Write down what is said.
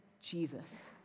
Jesus